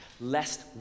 Lest